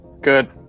good